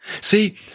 See